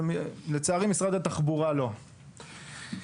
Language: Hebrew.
לצערי משרד התחבורה לא עשה כן.